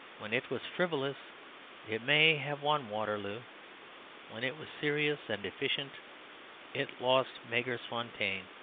when it was frivolous it may have won waterloo when it was serious and efficient it lost magersfontein.